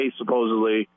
supposedly